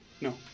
No